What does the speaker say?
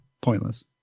pointless